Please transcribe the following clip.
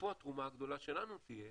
ופה התרומה הגדולה שלנו תהיה,